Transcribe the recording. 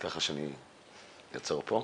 אני אעצור כאן.